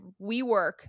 WeWork